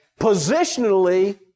Positionally